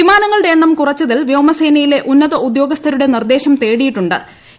വിമാനങ്ങളുടെ എണ്ണം കുറച്ചതിൽ വ്യോമസേനയിലെ ഉന്നത ഉദ്യോഗസ്ഥരുടെ നിർദ്ദേശം തേടിയിട്ടു ്